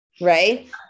Right